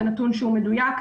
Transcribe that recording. זה נתון שהוא מדויק.